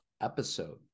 episode